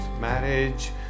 marriage